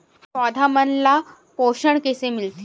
पौधा मन ला पोषण कइसे मिलथे?